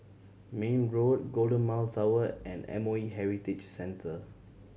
Mayne Road Golden Mile Tower and M O E Heritage Center